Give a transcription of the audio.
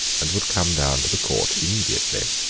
and would come down to the court immediately.